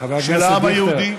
של העם היהודי.